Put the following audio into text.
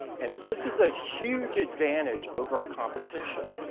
and this is a huge advantage over our competition.